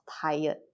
tired